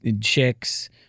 chicks